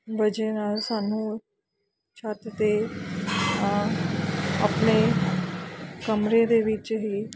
ਵਜ੍ਹਾ ਨਾਲ ਸਾਨੂੰ ਛੱਤ 'ਤੇ ਆ ਆ ਆਪਣੇ ਕਮਰੇ ਦੇ ਵਿੱਚ ਹੀ